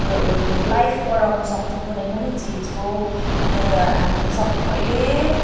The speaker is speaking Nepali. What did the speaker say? लाइफ बढाउनसक्छौँ कुनै पनि चिजको अन्त यहाँ हामी सबैले